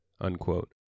unquote